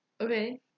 Okay